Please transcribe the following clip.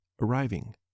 arriving